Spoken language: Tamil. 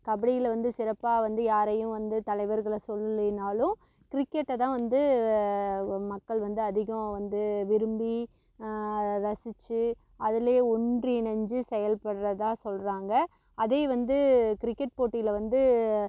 கபடியில் வந்து சிறப்பாக வந்து யாரையும் வந்து தலைவர்களை சொல்லலினாலும் கிரிக்கெட்டை தான் வந்து மக்கள் வந்து அதிகம் வந்து விரும்பி ரசித்து அதுலேயே ஒன்றிணைஞ்சு செயல்படுறதா சொல்கிறாங்க அதை வந்து கிரிக்கெட் போட்டியில் வந்து